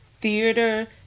theater